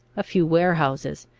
a few warehouses,